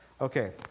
Okay